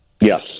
Yes